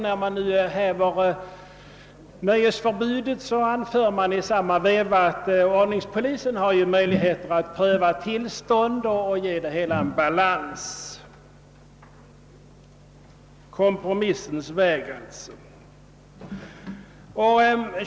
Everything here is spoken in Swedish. När nu detta nöjesförbud skall upphöra anför man i samma veva att ordningspolisen har möjlighet att pröva frågan om vissa tillstånd och på så sätt ge det hela en balans — kompromissens väg.